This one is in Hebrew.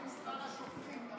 מה עם שכר השופטים?